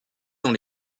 dans